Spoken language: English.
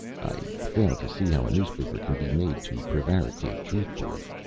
i fail to see how a newspaper can be made to prevaricate truthfully,